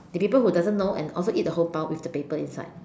there are people who doesn't know and also eat the whole Pau with the paper inside